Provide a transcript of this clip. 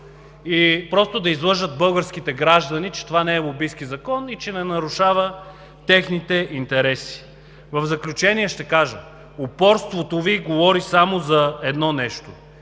и просто да излъжат българските граждани, че това не е лобистки закон и че не нарушава техните интереси. В заключение ще кажа, че упорството Ви говори само за едно нещо.